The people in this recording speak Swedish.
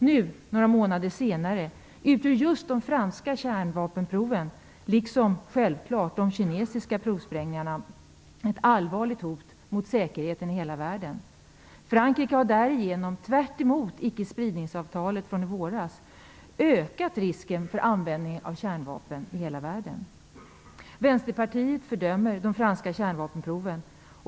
Nu, några månader senare, utgör just de franska kärnvapenproven, liksom självklart de kinesiska provsprängningarna, ett allvarligt hot mot säkerheten i hela världen. Frankrike har därigenom, tvärtemot icke-spridningsavtalet från i våras, ökat risken för användning av kärnvapen i hela världen. Vänsterpartiet fördömer de franska kärnvapenproven.